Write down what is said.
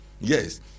Yes